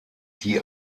die